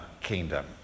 kingdom